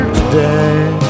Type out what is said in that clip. today